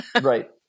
Right